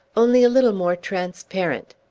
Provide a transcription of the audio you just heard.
only a little more transparent.